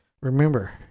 Remember